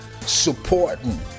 supporting